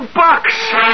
bucks